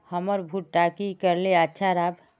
हमर भुट्टा की करले अच्छा राब?